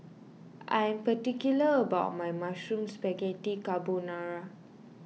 I am particular about my Mushroom Spaghetti Carbonara